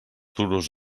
duros